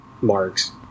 marks